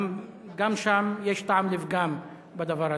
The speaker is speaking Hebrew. גם שם יש טעם לפגם בדבר הזה.